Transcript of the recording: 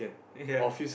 ya